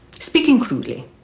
speaking crudely,